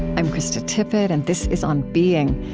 i'm krista tippett, and this is on being.